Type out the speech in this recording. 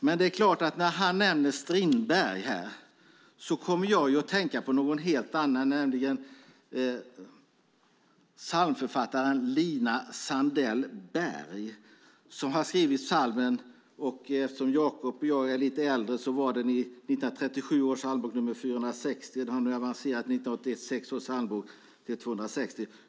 Men när han nämnde Strindberg här kom jag att tänka på någon helt annan, nämligen psalmförfattaren Lina Sandell-Berg som har skrivit en psalm. Eftersom Jacob och jag är lite äldre kan jag tala om att den hade nr 460 i 1937 års psalmbok. Den har avancerat till 1986 års psalmbok och har nr 260.